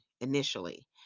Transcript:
initially